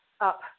up